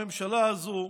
בממשלה הזאת,